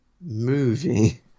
Movie